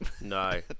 No